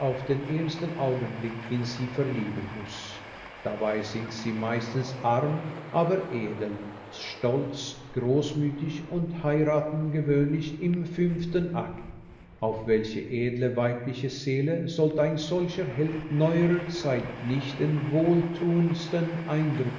den ersten augenblick in sie verlieben muß dabei sind sie meistens arm aber edel stolz großmütig und heiraten gewöhnlich im fünften akt auf welche edle weibliche seele sollte ein solcher held neuerer zeit nicht den wohltuendsten eindruck